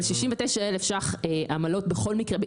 אבל 69,000 ₪ עמלות בכל מקרה,